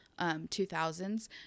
2000s